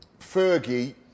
Fergie